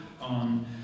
on